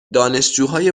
دانشجوهای